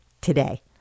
today